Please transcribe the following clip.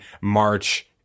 March